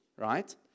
right